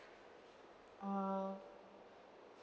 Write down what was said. uh